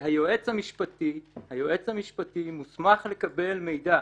שהיועץ המשפטי מוסמך לקבל מידע.